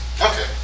Okay